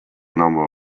number